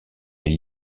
les